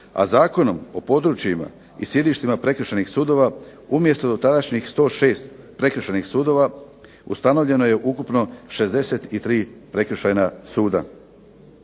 a Zakonom o područjima i sjedištima prekršajnih sudova umjesto dotadašnjih 106 prekršajnih sudova ustanovljeno je ukupno 63 prekršajna suda.